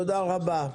תודה רבה.